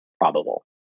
probable